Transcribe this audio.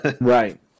right